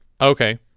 okay